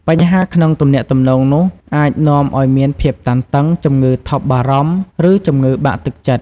បញ្ហាក្នុងទំនាក់ទំនងនោះអាចនាំឱ្យមានភាពតានតឹង ជំងឺថប់បារម្ភ ឬជំងឺបាក់ទឹកចិត្ត។